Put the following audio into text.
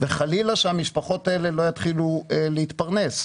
וחלילה שהמשפחות האלה לא יתחילו להתפרנס.